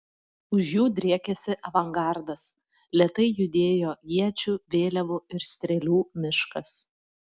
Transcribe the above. už jų driekėsi avangardas lėtai judėjo iečių vėliavų ir strėlių miškas